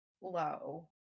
low